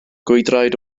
gwydraid